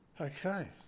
Okay